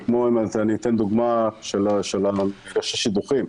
כמו לדוגמה מפגשי שידוכים,